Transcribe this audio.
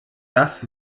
das